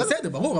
ברור,